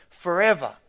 Forever